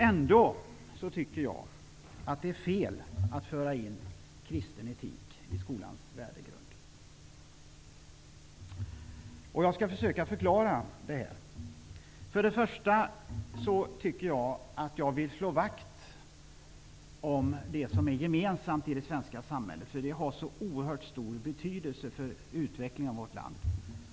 Ändå tycker jag att det är fel att föra in kristen etik i skolans värdegrund. Jag skall försöka förklara varför. För det första vill jag slå vakt om det som är gemensamt i det svenska samhället eftersom det har så oerhört stor betydelse för utvecklingen av vårt land.